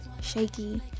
shaky